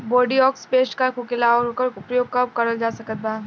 Bordeaux paste का होखेला और ओकर प्रयोग कब करल जा सकत बा?